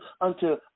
unto